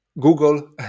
Google